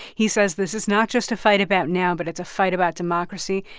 he says this is not just a fight about now, but it's a fight about democracy,